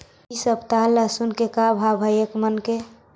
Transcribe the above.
इ सप्ताह लहसुन के का भाव है एक मन के?